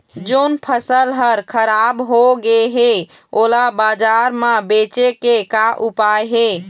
जोन फसल हर खराब हो गे हे, ओला बाजार म बेचे के का ऊपाय हे?